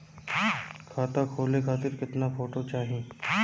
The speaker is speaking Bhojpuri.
खाता खोले खातिर केतना फोटो चाहीं?